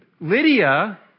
Lydia